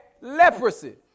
leprosy